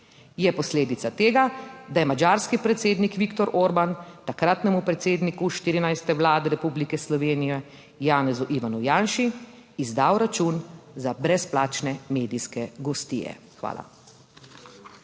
Je posledica tega, da je madžarski predsednik Viktor Orban takratnemu predsedniku 14. Vlade Republike Slovenije Janezu Ivanu Janši izdal račun za brezplačne medijske gostije. Hvala.